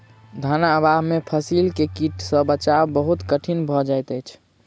धन अभाव में फसील के कीट सॅ बचाव बहुत कठिन भअ जाइत अछि